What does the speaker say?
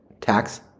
tax